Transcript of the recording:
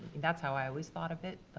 that's how i always thought of it. but.